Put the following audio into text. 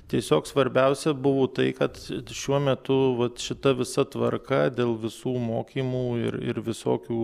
tiesiog svarbiausia buvo tai kad šiuo metu vat šita visa tvarka dėl visų mokymų ir ir visokių